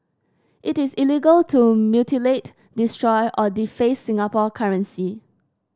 it is illegal to mutilate destroy or deface Singapore currency